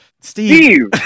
Steve